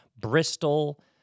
Bristol